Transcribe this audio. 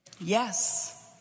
yes